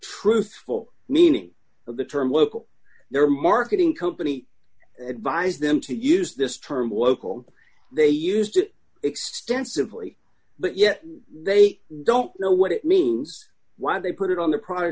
truthful meaning of the term local their marketing company advised them to use this term local and they used it extensively but yet they don't know what it means why they put it on the pr